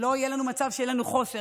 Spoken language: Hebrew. שלא יהיה לנו מצב שיהיה לנו חוסר,